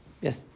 Yes